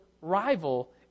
rival